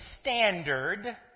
standard